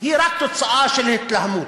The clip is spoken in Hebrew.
היא רק תוצאה של התלהמות.